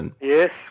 Yes